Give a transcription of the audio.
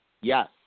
Yes